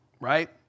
right